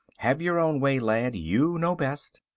have your own way, lad, you know best.